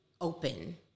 open